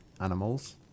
animals